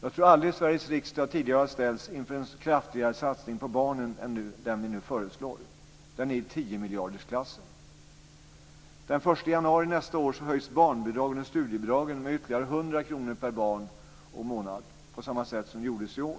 Jag tror aldrig att Sveriges riksdag tidigare har ställts inför en kraftigare satsning på barnen än den som vi nu föreslår. Den är i tiomiljardersklassen. Den 1 januari nästa år höjs barnbidragen och studiebidragen med ytterligare 100 kr per barn och månad, på samma sätt som gjordes i år.